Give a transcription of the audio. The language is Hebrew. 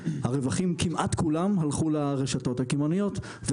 הרווחים כמעט כולם הלכו לרשתות הקמעונאיות,